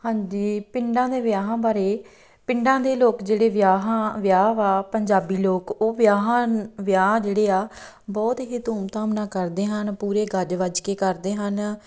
ਹਾਂਜੀ ਪਿੰਡਾਂ ਦੇ ਵਿਆਹਾਂ ਬਾਰੇ ਪਿੰਡਾਂ ਦੇ ਲੋਕ ਜਿਹੜੇ ਵਿਆਹਾਂ ਵਿਆਹ ਵਾ ਪੰਜਾਬੀ ਲੋਕ ਉਹ ਵਿਆਹਾਂ ਵਿਆਹ ਜਿਹੜੇ ਆ ਬਹੁਤ ਹੀ ਧੂਮ ਧਾਮ ਨਾਲ ਕਰਦੇ ਹਨ ਪੂਰੇ ਗੱਜ ਵੱਜ ਕੇ ਕਰਦੇ ਹਨ